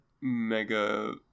Mega